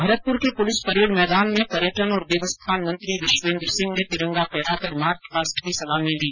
भरतपुर के police parade मैदान में पर्यटन और देवस्थान मंत्री विश्वेन्द्र सिंह ने तिरंगा फहराकर मार्च पास्ट की सलामी ली